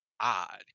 odd